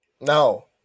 No